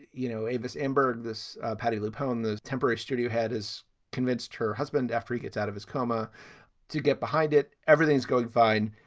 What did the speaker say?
you know, this emberg, this patty lipponen, the temporary studio head is convinced her husband after he gets out of his coma to get behind it. everything's going fine.